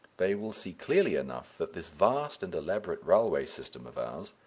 they will see clearly enough that this vast and elaborate railway system of ours,